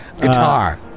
Guitar